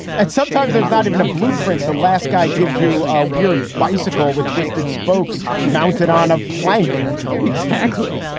and sometimes there's not even a blueprint. the last guy gives you a weird bicycle with twisted spokes mounted on a plank exactly.